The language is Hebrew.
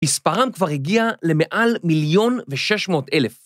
‫מספרם כבר הגיע למעל מיליון ו-600 אלף.